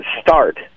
start